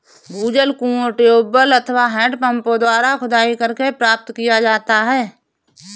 भूजल कुओं, ट्यूबवैल अथवा हैंडपम्पों द्वारा खुदाई करके प्राप्त किया जाता है